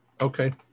Okay